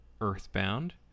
earthbound